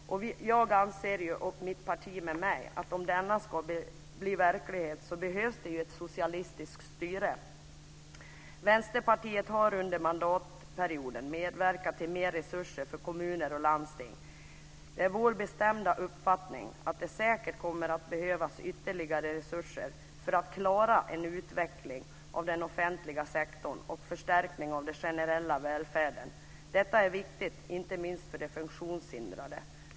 Jag och mitt parti med mig anser att om det ska bli verklighet krävs det ett socialistiskt styre. Vänsterpartiet har under mandatperioden medverkat till mer resurser för kommuner och landsting. Det är vår bestämda uppfattning att det säkert kommer att behövas ytterligare resurser för att klara en utveckling av den offentliga sektorn och en förstärkning av den generella välfärden. Detta är viktigt inte minst för de funktionshindrade.